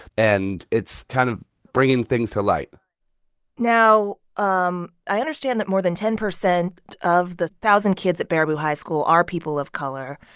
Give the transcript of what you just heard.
and it's kind of bringing things to light now, um i understand that more than ten percent of the thousand kids at baraboo high school are people of color.